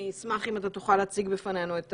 אני אשמח אם אתה תוכל להציג בפנינו את